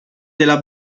della